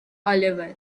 oliver